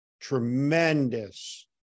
tremendous